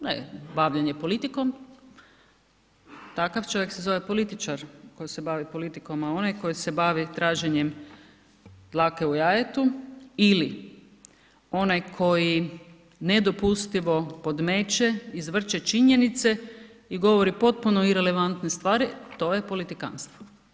Ne bavljenje politikom, takav čovjek se zove političar koji se bavi politikom, ali onaj koji se bavi traženjem dlake u jajetu ili onaj koji nedopustivo podmeće, izvrće činjenice i govori potpuno irelevantne stvari to je politikantstvo.